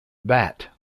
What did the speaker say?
bat